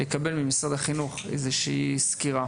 לקבל ממשרד החינוך איזושהי סקירה